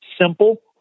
simple